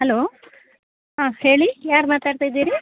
hello ಹಾಂ ಹೇಳಿ ಯಾರು ಮಾತಾಡ್ತಾಯಿದ್ದೀರಿ